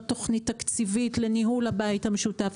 תוכנית תקציבית לניהול הבית המשותף,